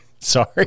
Sorry